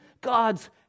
God's